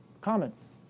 comments